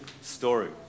story